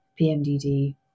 PMDD